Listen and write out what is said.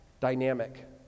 dynamic